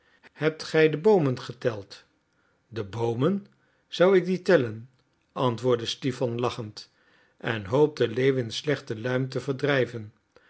hebt gij de boomen geteld de boomen zou ik die tellen antwoordde stipan lachend en hoopte lewins slechte luim te verdrijven